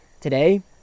Today